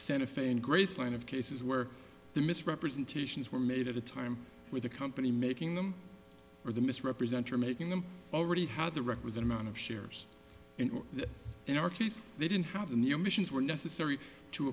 santa fe and graceland of cases where the misrepresentations were made at a time when the company making them or the misrepresent or making them already had the requisite amount of shares in or in our case they didn't have in the emissions were necessary to